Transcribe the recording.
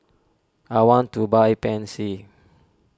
I want to buy Pansy